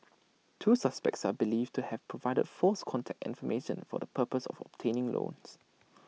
two suspects are believed to have provided false contact information for the purpose of obtaining loans